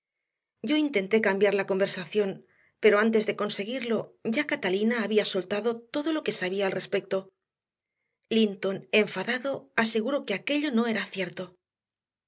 yo intenté cambiar la conversación pero antes de conseguirlo ya catalina había soltado todo lo que sabía al respecto linton enfadado aseguró que aquello no era cierto